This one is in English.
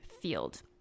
field